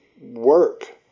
work